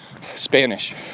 Spanish